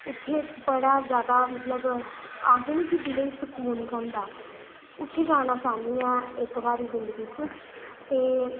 उत्थै बड़ा ज्यादा मतलब आखदे नेह् के दिलै गी सकून थ्होंदा उत्थै जाना चाह्न्नी आं इक बारी जिंदगी च